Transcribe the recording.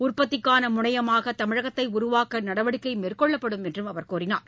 உற்பத்திக்கான முனையமாக தமிழகத்தை உருவாக்க நடவடிக்கை மேற்கொள்ளப்படும் என்றும் அவர் கூறினார்